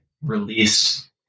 released